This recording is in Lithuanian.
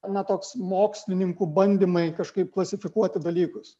na toks mokslininkų bandymai kažkaip klasifikuoti dalykus